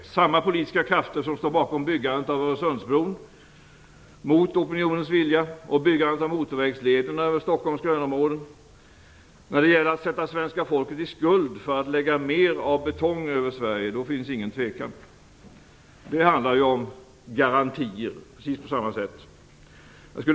Det är samma politiska krafter som står bakom byggandet av Öresundsbron mot opinionens vilja och byggandet av motorvägslederna över Stockholms grönområden. När det gäller att sätta svenska folket i skuld för att lägga mer betong över Sverige finns ingen tvekan. Det handlar om garantier, precis på samma sätt.